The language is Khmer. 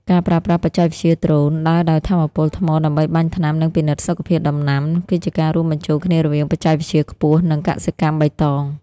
ការប្រើប្រាស់បច្ចេកវិទ្យាដ្រូន ដើរដោយថាមពលថ្មដើម្បីបាញ់ថ្នាំ និងពិនិត្យសុខភាពដំណាំ គឺជាការរួមបញ្ចូលគ្នារវាងបច្ចេកវិទ្យាខ្ពស់ និងកសិកម្មបៃតង។